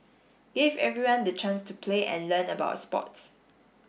gave everyone the chance to play and learn about sports